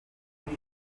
hafi